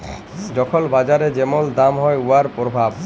যখল বাজারে যেমল দাম হ্যয় উয়ার পরভাব